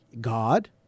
God